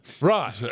Right